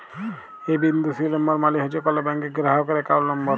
এ বিন্দু সি লম্বর মালে হছে কল ব্যাংকের গেরাহকের একাউল্ট লম্বর